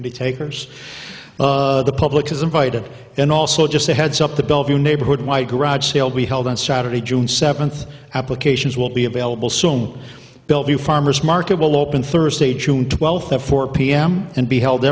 of the takers of the public has invited and also just a heads up the bellevue neighborhood my garage sale be held on saturday june seventh applications will be available soon bill view farmer's market will open thursday june twelfth at four p m and be held